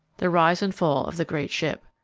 the rise and fall of the great ship.